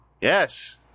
Yes